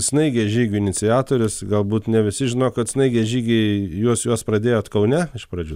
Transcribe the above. snaigės žygio iniciatorius galbūt ne visi žino kad snaigės žygiai juos juos pradėjot kaune iš pradžių